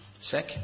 Sick